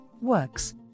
works